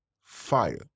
Fire